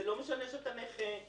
לא משנה שאתה נכה,